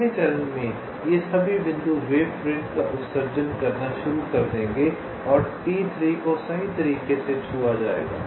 अगले चरण में ये सभी बिंदु वेव फ्रंट का उत्सर्जन करना शुरू कर देंगे और T3 को सही तरीके से छुआ जाएगा